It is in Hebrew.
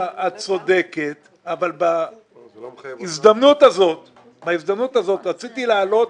את צודקת אבל בהזדמנות הזאת רציתי להעלות